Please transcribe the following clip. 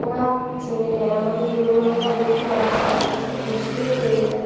ওরা চিনে নেয় আমাদের দুর্বলতা দেখে ওরা সব কিছু বুঝতেও পেরে যায়